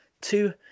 two